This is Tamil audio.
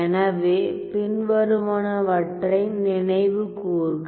எனவே பின்வருவனவற்றை நினைவுகூர்க